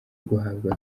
guhabwa